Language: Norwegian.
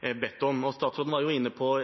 bedt om. Statsråden var inne på